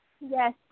Yes